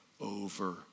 over